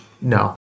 No